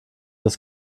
des